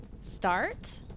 start